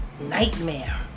nightmare